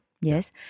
Yes